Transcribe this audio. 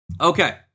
Okay